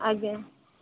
ଆଜ୍ଞା